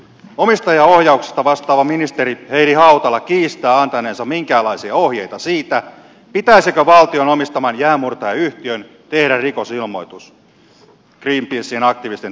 omistajaohjauksesta vastaava ministeri heidi hautala kiistää antaneensa minkäänlaisia ohjeita siitä pitäisikö valtion omistaman jäänmurtajayhtiön tehdä rikosilmoitus greenpeacen aktivistien toimista